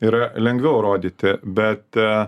yra lengviau rodyti bet a